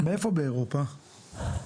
מאיפה באירופה?